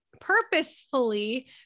purposefully